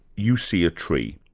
you see a tree.